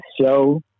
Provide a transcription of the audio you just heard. show